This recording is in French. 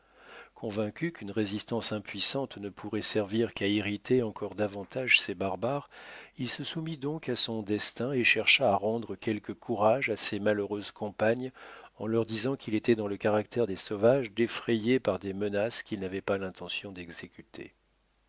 convaincu qu'une résistance impuissante ne pourrait servir qu'à irriter encore davantage ces barbares il se soumit donc à son destin et chercha à rendre quelque courage à ses malheureuses compagnes en leur disant qu'il était dans le caractère des sauvages d'effrayer par des menaces qu'ils n'avaient pas l'intention d'exécuter